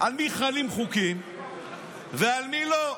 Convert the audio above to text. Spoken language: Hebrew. על מי חלים חוקים ועל מי לא.